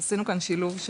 עשינו כאן שילוב.